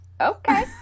okay